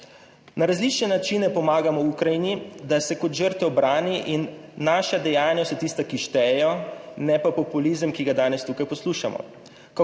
Na različne načine pomagamo Ukrajini, da se kot žrtev brani in naša dejanja so tista, ki štejejo, ne pa populizem, ki ga danes tukaj poslušamo.